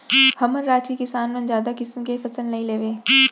हमर राज के किसान मन जादा किसम के फसल नइ लेवय